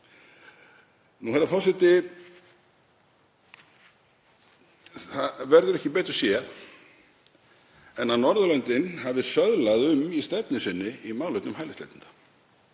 Herra forseti. Það verður ekki betur séð en að Norðurlöndin hafi söðlað um í stefnu sinni í málefnum hælisleitenda.